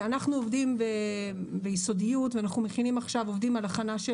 אנחנו עובדים ביסודיות ואנחנו עובדים עכשיו על הכנה של